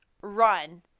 run